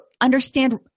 understand